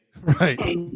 Right